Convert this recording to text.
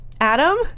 Adam